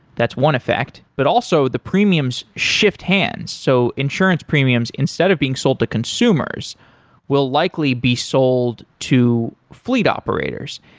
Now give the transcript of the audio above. that's one effect. but also, the premiums shift hands. so insurance premiums, instead of being sold to consumers will likely be sold to fleet operators.